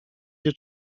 się